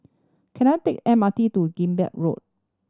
can I take M R T to Digby Road